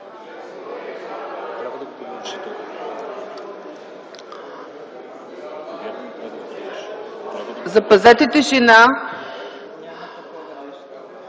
Запазете тишина!